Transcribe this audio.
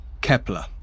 Kepler